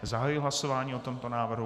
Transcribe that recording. Zahajuji hlasování o tomto návrhu.